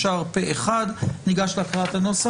הצבעה בעד, 4 נגד, 0 נמנעים,